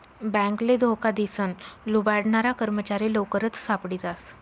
बॅकले धोका दिसन लुबाडनारा कर्मचारी लवकरच सापडी जास